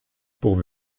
pour